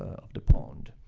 of the pond.